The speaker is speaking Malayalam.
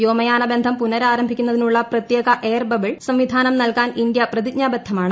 വ്യോമയാനബന്ധം പുന്രാരംഭിക്കുന്നതിനുള്ള പ്രത്യേക എയർ ബബിൾ സംവിധാനം നൽകാൻ ഇന്ത്യ പ്രതിജ്ഞാബദ്ധമാണ്